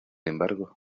embargo